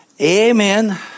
Amen